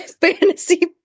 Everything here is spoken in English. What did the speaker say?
fantasy